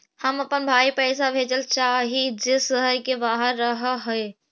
हम अपन भाई पैसा भेजल चाह हीं जे शहर के बाहर रह हे